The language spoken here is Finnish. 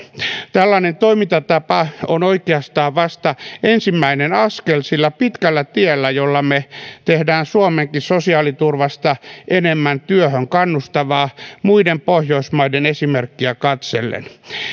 tällainen toimintatapa on oikeastaan vasta ensimmäinen askel sillä pitkällä tiellä jolla me teemme suomenkin sosiaaliturvasta enemmän työhön kannustavaa muiden pohjoismaiden esimerkkiä katsellen